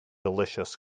delicious